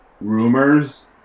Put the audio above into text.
rumors